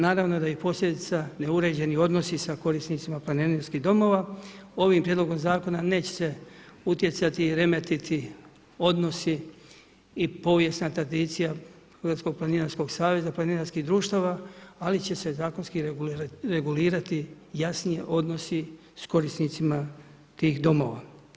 Naravno da ih posljedica, neuređeni odnosi, sa korisnicima planinarskih domova, ovim prijedlogom zakona, neće se utjecati, remetiti odnosi i povijesna tradicija Hrvatskog planinarskog saveza, planinarskih društava, ali će se zakonski regulirati jasniji odnosi s korisnicima tih domova.